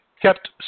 kept